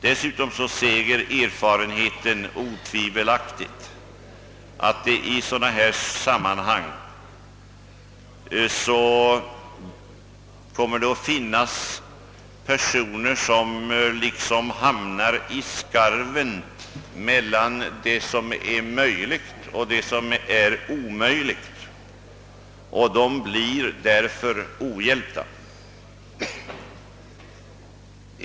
Dessutom säger erfarenheten otvivelaktigt att det i sådana här sammanhang kommer att finnas personer som liksom hamnar i skarven mellan det som är möjligt och det som är omöjligt. Dessa personer blir därför ohjälpta.